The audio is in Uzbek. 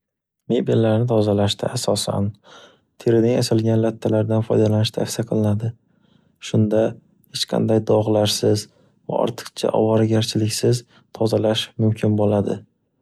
Mebellarni tozalashda asosan terining asalgan lattalardan foydalanish tavsiya qilinadi, shunda hech qanday dog'larsiz va ortiqcha ovoragarchiliksiz tozalash mumkin bo'ladi.